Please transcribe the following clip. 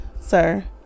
sir